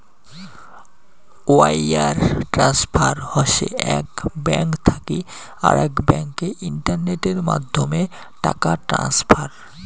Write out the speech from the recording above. wire transfer হসে এক bank থাকি আরেক ব্যাংকে ইন্টারনেটের মাধ্যমে টাকা ট্রান্সফার